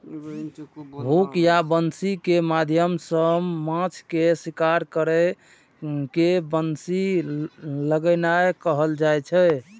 hook या बंसी के माध्यम सं माछ के शिकार करै के बंसी लगेनाय कहल जाइ छै